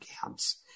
camps